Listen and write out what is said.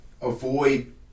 avoid